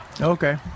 Okay